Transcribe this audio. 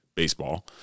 Baseball